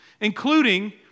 including